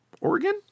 Oregon